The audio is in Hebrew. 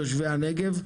תושבי הנגב,